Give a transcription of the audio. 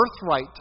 birthright